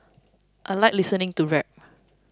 I like listening to rap